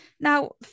Now